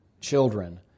children